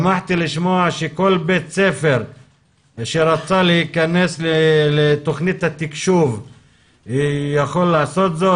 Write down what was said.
שמחתי לשמוע שכל בית ספר שרצה להיכנס לתוכנית התקשוב יכול לעשות זאת.